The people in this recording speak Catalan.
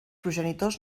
progenitors